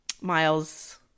Miles